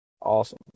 awesome